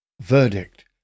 Verdict